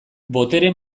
botere